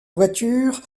voiture